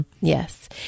Yes